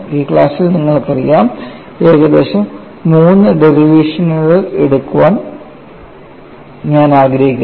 ഈ ക്ലാസ്സിൽ നിങ്ങൾക്കറിയാം ഏകദേശം മൂന്ന് ഡെറിവേറ്റേഷനുകൾ എടുക്കാൻ ഞാൻ ആഗ്രഹിക്കുന്നു